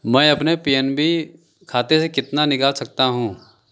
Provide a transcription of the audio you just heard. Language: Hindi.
मैं अपने पी एन बी खाते से कितना निकाल सकता हूँ